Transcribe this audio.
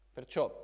Perciò